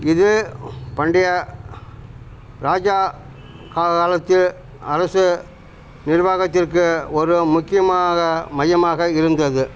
இது பண்டைய ராஜா கா காலத்தில் அரசு நிர்வாகத்திற்கு ஒரு முக்கியமாக மையமாக இருந்தது